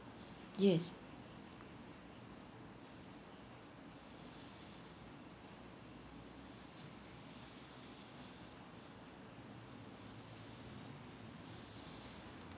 yes